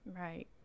right